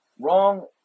wrong